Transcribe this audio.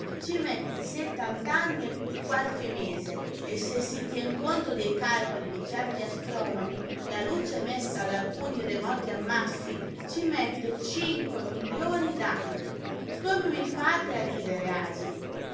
mette settant'anni e qualche mese e se si tien conto dei calcoli di certi astronomi la luce emessa da alcuni remoti ammassi ci mette cinque milioni d'anni come mi fate ridere asini